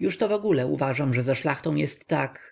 jużto wogóle uważam że ze szlachtą jest tak